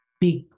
big